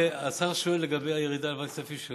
השר שואל לגבי הירידה לוועדת הכספים.